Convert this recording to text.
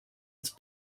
its